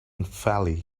valley